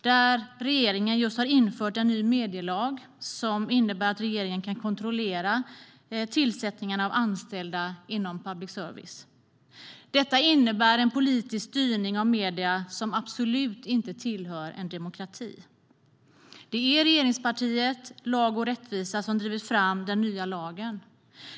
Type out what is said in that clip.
Där har regeringen just infört en ny medielag som innebär att regeringen kan kontrollera tillsättningarna av anställda inom public service. Detta innebär en politisk styrning av medierna som absolut inte tillhör en demokrati. Det är regeringspartiet Lag och rättvisa som har drivit fram den nya lagen.